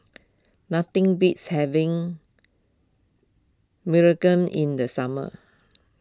nothing beats having in the summer